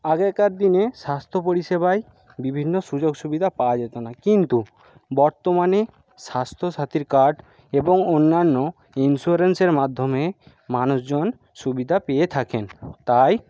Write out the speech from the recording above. আগেকার দিনে স্বাস্থ্য পরিষেবায় বিভিন্ন সুযোগ সুবিধা পাওয়া যেত না কিন্তু বর্তমানে স্বাস্থ্যসাথীর কার্ড এবং অন্যান্য ইন্সোরেন্সের মাধ্যমে মানুষজন সুবিধা পেয়ে থাকেন তাই